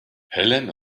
helen